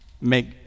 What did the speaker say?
make